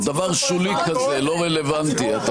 אלה שאלות רלוונטיות לאירוע.